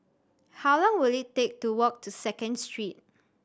how long will it take to walk to Second Street